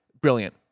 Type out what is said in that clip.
Brilliant